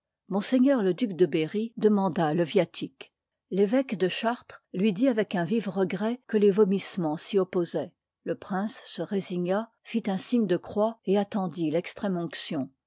m le duc de berry demanda le yiatîque ré êque de chartres lui dit avec ii part un vif regret que les vomissemens s'y op liv li posoient le prince se résigna fit un signe de croix et attendit